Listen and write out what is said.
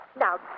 Now